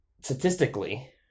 statistically